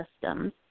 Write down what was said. systems